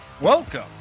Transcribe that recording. Welcome